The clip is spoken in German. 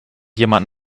jemand